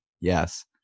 Yes